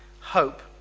hope